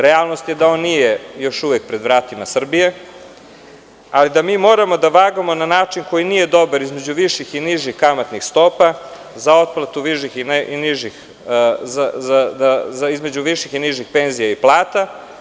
Realnost je da on nije još uvek pred vratima Srbije, ali mi moramo da vagamo na način koji nije dobar između viših i nižih kamatnih stopa za otplatu, između viših i nižih penzija i plata.